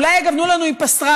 אולי יגוונו לנו עם פסטרמה,